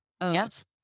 Yes